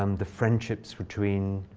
um the friendships between